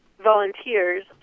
volunteers